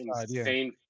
insane